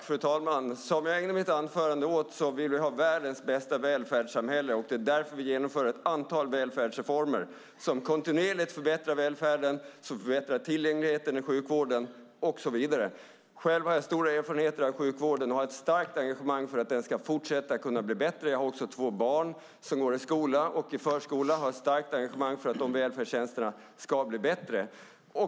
Fru talman! Som jag ägnade mitt anförande åt att säga vill vi ha världens bästa välfärdssamhälle, och det är därför vi genomför ett antal välfärdsreformer som kontinuerligt förbättrar välfärden, förbättrar tillgängligheten i sjukvården och så vidare. Själv har jag stora erfarenheter av sjukvården och har ett starkt engagemang för att den ska kunna fortsätta att bli bättre. Jag har två barn som går i skola och i förskola, och jag har ett starkt engagemang för att de välfärdstjänsterna ska bli bättre.